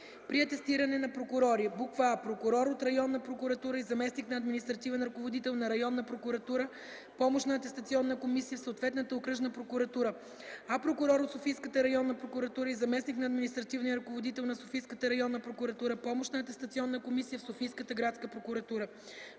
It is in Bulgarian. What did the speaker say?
при атестиране на прокурори: а) прокурор от районна прокуратура и заместник на административен ръководител на районна прокуратура – помощна атестационна комисия в съответната окръжна прокуратура, а прокурор от Софийската районна прокуратура и заместник на административния ръководител на Софийската районна прокуратура – помощна атестационна комисия в Софийската градска прокуратура;